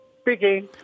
Speaking